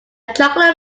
chocolate